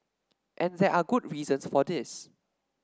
and there are good reasons for this